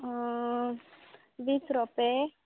वीस रोंपे